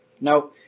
No